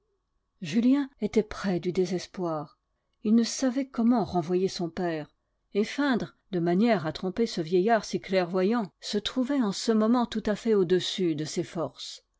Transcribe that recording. julien était près du désespoir il ne savait comment renvoyer son père et feindre de manière à tromper ce vieillard si clairvoyant se trouvait en ce moment tout à fait au-dessus de ses forces